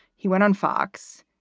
he went on fox.